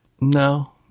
No